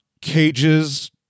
cages